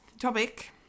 topic